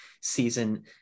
season